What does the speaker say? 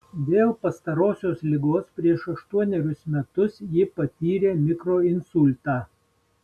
dėl pastarosios ligos prieš aštuonerius metus ji patyrė mikroinsultą